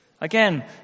Again